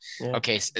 okay